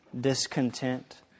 discontent